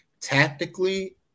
tactically